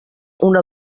una